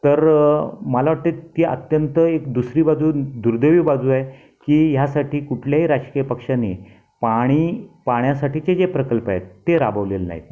तर मला वाटते ती अत्यंत एक दुसरी बाजू दुर्दैवी बाजू आहे की ह्यासाठी कुठल्याही राजकीय पक्षाने पाणी पाण्यासाठीचे जे प्रकल्प आहेत ते राबवलेले नाहीत